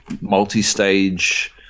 multi-stage